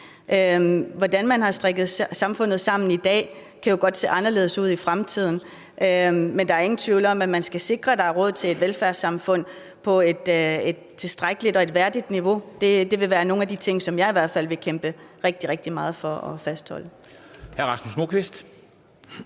Hvordan man har strikket samfundet sammen i dag, kan jo godt se anderledes ud i fremtiden, men der er ingen tvivl om, at man skal sikre, at der er råd til et velfærdssamfund på et tilstrækkeligt og et værdigt niveau. Det vil være nogle af de ting, som jeg i hvert fald vil kæmpe rigtig, rigtig meget for at fastholde.